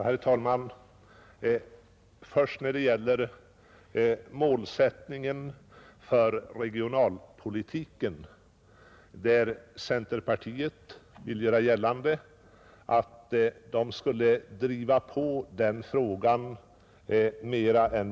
Herr talman! Centerpartiet gör gällande att det mer än socialdemokraterna driver på regionalpolitiken.